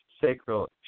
sacral